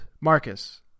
Marcus